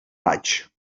vaig